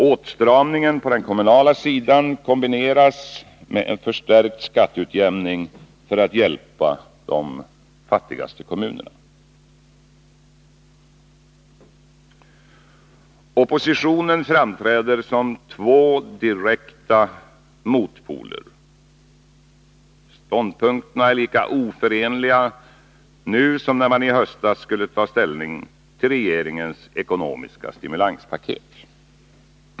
Åtstramningen på den kommunala sidan kombineras med en förstärkt skatteutjämning för att hjälpa de fattigaste kommunerna. Oppositionen framträder som två direkta motpoler — ståndpunkterna är lika oförenliga nu som när man i höstas skulle ta ställning till regeringens ekonomiska stimulanspaket.